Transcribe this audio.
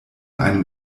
einem